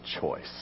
choice